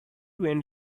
went